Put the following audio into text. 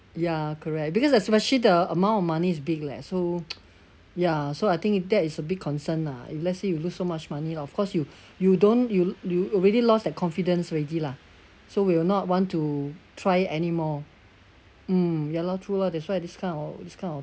ya correct because especially the amount of money is big leh so ya so I think that is a big concern lah if let's say you lose so much money loh of course you you don't you you already lost that confidence already lah so we will not want to try anymore mm ya lor true lor that's why this kind of this kind of